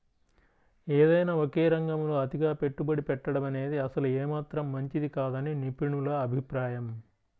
ఏదైనా ఒకే రంగంలో అతిగా పెట్టుబడి పెట్టడమనేది అసలు ఏమాత్రం మంచిది కాదని నిపుణుల అభిప్రాయం